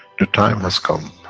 the time has come,